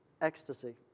ecstasy